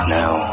now